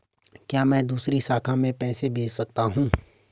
क्या मैं दूसरी शाखा में पैसे भेज सकता हूँ?